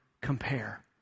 compare